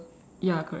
ya correct